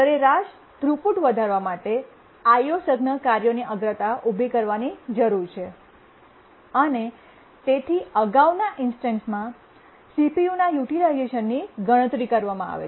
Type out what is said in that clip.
સરેરાશ થ્રુપુટ વધારવા માટે IO સઘન કાર્યોની અગ્રતા ઉભી કરવાની જરૂર છે અને તેથી અગાઉના ઇન્સ્ટન્સમાં CPUના યુટિલાઇઝેશનની ગણતરી કરવામાં આવે છે